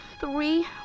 three